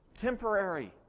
temporary